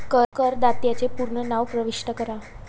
करदात्याचे पूर्ण नाव प्रविष्ट करा